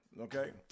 Okay